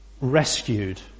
rescued